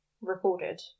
recorded